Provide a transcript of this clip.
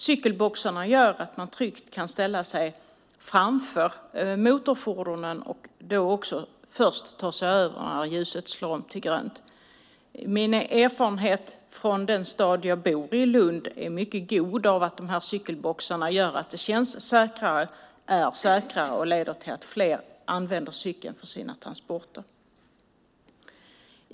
Cykelboxarna gör att man tryggt kan ställa sig framför motorfordonen och vara först att ta sig över när ljuset slår om till grönt. Min erfarenhet av cykelboxar från den stad jag bor i, Lund, är mycket god. Det känns säkrare, är säkrare och leder till att fler använder cykel för sina transporter.